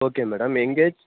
okay madam engage